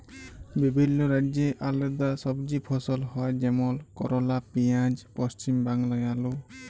বিভিল্য রাজ্যে আলেদা সবজি ফসল হ্যয় যেমল করলা, পিয়াঁজ, পশ্চিম বাংলায় আলু